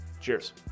Cheers